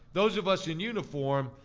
those of us in uniform,